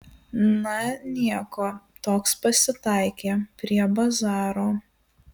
na nieko toks pasitaikė prie bazaro